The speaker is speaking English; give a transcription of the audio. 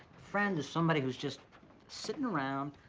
friends are somebody who's just sittin' around,